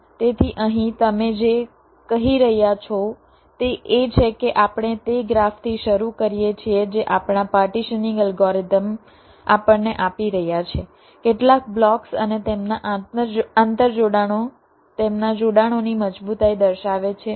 તેથી અહીં તમે જે કહી રહ્યા છો તે એ છે કે આપણે તે ગ્રાફથી શરૂ કરીએ છીએ જે આપણાં પાર્ટીશનીંગ એલ્ગોરિધમ આપણને આપી રહ્યા છે કેટલાક બ્લોક્સ અને તેમના આંતરજોડાણો તેમના જોડાણોની મજબૂતાઈ દર્શાવે છે